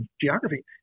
geography